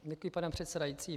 Děkuji, pane předsedající.